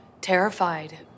terrified